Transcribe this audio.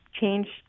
changed